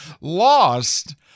lost